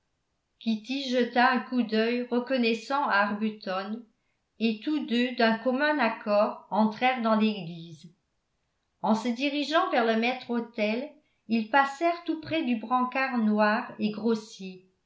jeta un coup d'œil reconnaissant à arbuton et tous deux d'un commun accord entrèrent dans l'église en se dirigeant vers le maître-autel ils passèrent tout près du brancard noir et grossier